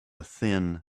thin